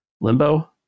Limbo